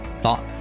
thought